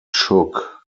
shook